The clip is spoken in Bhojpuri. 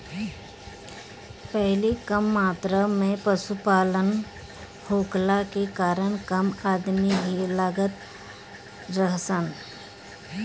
पहिले कम मात्रा में पशुपालन होखला के कारण कम अदमी ही लागत रहलन